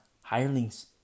Hirelings